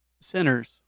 centers